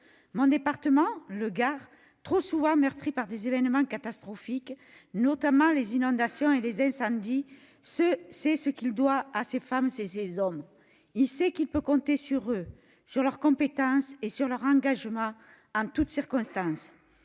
Mon département, le Gard, trop souvent meurtri par des événements catastrophiques, notamment les inondations et les incendies, sait ce qu'il doit à ces femmes et à ces hommes. Il sait qu'il peut compter sur eux, sur leur compétence et sur leur engagement, en toutes circonstances.